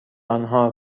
آنها